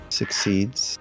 succeeds